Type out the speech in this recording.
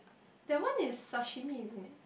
that one is sashimi isn't it